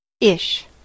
Ish